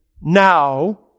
now